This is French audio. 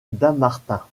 dammartin